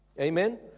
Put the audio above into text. Amen